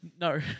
No